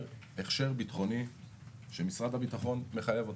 הכשר ביטחוני שמשרד הביטחון מחייב אותו.